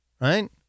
right